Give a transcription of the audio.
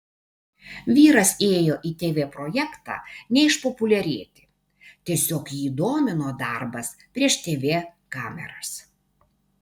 vyras ėjo į tv projektą ne išpopuliarėti tiesiog jį domino darbas prieš tv kameras